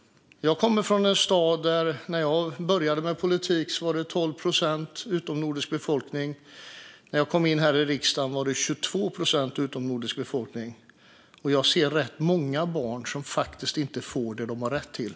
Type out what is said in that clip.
Jag kommer från en stad där andelen utomnordisk befolkning var 12 procent när jag började med politik. När jag kom in i riksdagen var den 22 procent. Jag ser rätt många barn som inte får det de har rätt till.